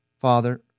Father